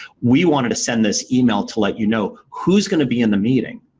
we wanted to send this email to let you know who's going to be in the meeting,